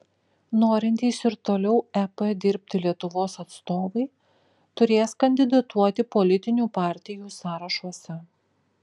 norintys ir toliau ep dirbti lietuvos atstovai turės kandidatuoti politinių partijų sąrašuose